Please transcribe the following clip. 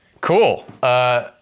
Cool